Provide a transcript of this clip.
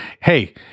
hey